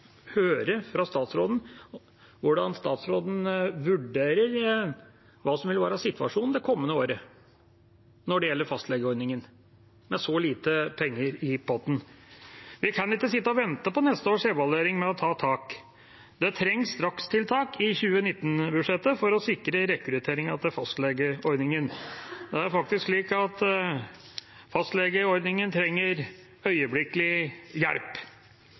høre fra statsråden hvordan statsråden vurderer hva som vil være situasjonen det kommende året når det gjelder fastlegeordningen, med så lite penger i potten. Vi kan ikke sitte og vente på neste års evaluering, med å ta tak. Det trengs strakstiltak i 2019-budsjettet for å sikre rekrutteringen til fastlegeordningen. Det er faktisk slik at fastlegeordningen trenger øyeblikkelig hjelp.